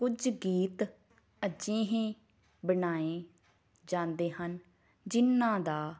ਕੁਝ ਗੀਤ ਅਜਿਹੇ ਬਣਾਏ ਜਾਂਦੇ ਹਨ ਜਿਹਨਾਂ ਦਾ